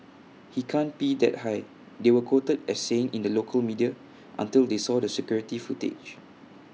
he can't pee that high they were quoted as saying in local media until they saw the security footage